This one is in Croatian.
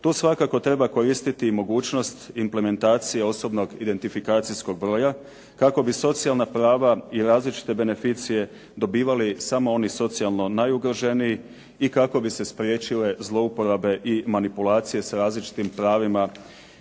Tu svakako treba koristiti i mogućnost implementacije osobnog identifikacijskog broja kako bi socijalna prava i različite beneficije dobivali samo oni socijalno najugroženiji i kako bi se spriječile zlouporabe i manipulacije s različitim pravima